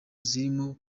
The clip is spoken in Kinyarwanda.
zirimo